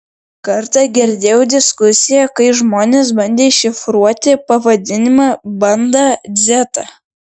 kartą girdėjau diskusiją kai žmonės bandė iššifruoti pavadinimą bandą dzeta